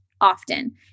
often